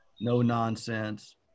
no-nonsense